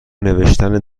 نوشتن